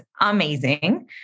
amazing